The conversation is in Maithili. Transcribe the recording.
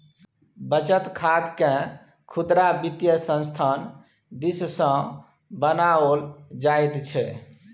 बचत खातकेँ खुदरा वित्तीय संस्थान दिससँ बनाओल जाइत छै